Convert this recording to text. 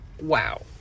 wow